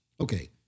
okay